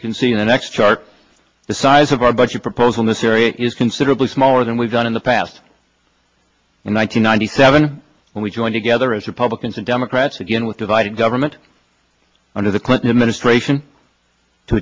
you can see in the next chart the size of our budget proposal this area is considerably smaller than we've done in the past in one thousand nine hundred seven when we join together as republicans and democrats again with divided government under the clinton administration to